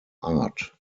art